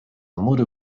mury